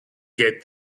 get